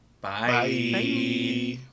Bye